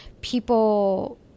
people